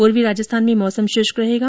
पूर्वी राजस्थान में मौसम शुष्क रहेगा